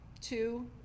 Two